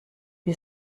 wir